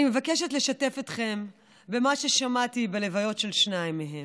אני מבקשת לשתף אתכם במה ששמעתי בלוויות של שניים מהם.